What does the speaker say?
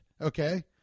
Okay